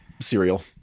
cereal